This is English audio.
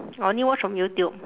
I only watch from youtube